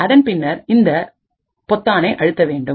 அதன் பின்னர் இந்த பொத்தானை அழுத்தவேண்டும்